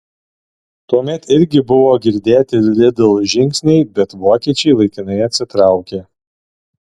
tuomet irgi buvo girdėti lidl žingsniai bet vokiečiai laikinai atsitraukė